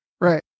right